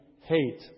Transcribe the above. hate